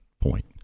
point